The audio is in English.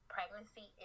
pregnancy